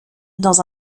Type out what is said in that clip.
dans